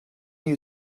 you